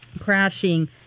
crashing